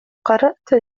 قرأت